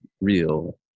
real